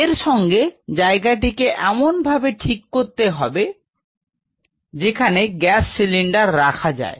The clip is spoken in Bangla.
এর সঙ্গে জায়গাটিকে এমন ভাবে ঠিক করতে হবে যেখানে গ্যাস সিলিন্ডার রাখা যায়